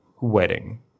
wedding